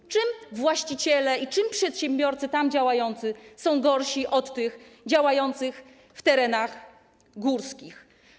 W czym właściciele i przedsiębiorcy tam działający są gorsi od tych działających na terenach górskich?